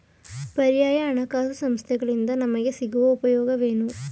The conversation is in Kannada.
ಪರ್ಯಾಯ ಹಣಕಾಸು ಸಂಸ್ಥೆಗಳಿಂದ ನಮಗೆ ಸಿಗುವ ಉಪಯೋಗವೇನು?